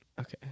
Okay